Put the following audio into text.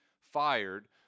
fired